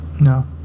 No